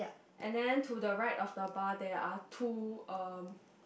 and then to the right of the bar there are two um